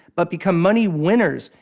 but become money winners,